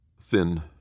Thin